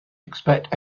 expect